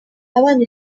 abana